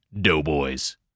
Doughboys